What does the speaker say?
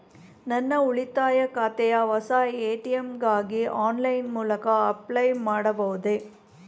ನನ್ನ ಉಳಿತಾಯ ಖಾತೆಯ ಹೊಸ ಎ.ಟಿ.ಎಂ ಗಾಗಿ ಆನ್ಲೈನ್ ಮೂಲಕ ಅಪ್ಲೈ ಮಾಡಬಹುದೇ?